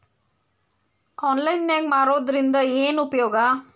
Online ನಾಗ್ ಮಾರೋದ್ರಿಂದ ಏನು ಉಪಯೋಗ?